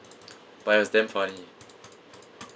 but it was damn funny